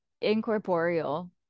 incorporeal